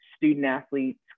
student-athletes